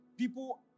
People